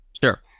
Sure